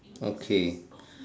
okay